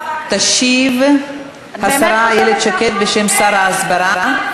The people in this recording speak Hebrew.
תשיב השרה איילת שקד בשם שר ההסברה.